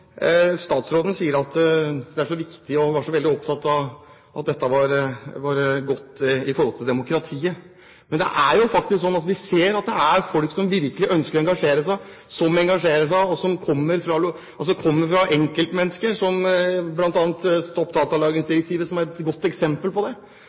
Statsråden sier at det er viktig – og hun var veldig opptatt av det – at dette er bra for demokratiet. Men vi ser faktisk at det er folk som virkelig ønsker å engasjere seg, og som engasjerer seg – altså enkeltmennesker. Blant annet er Stopp Datalagringsdirektivet et godt eksempel på det, og det